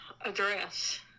address